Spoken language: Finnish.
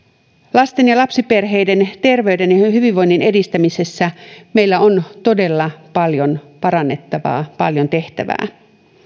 lasten ja lapsiperheiden terveyden ja hyvinvoinnin edistämisessä meillä on todella paljon parannettavaa ja tehtävää